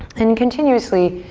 and continuously,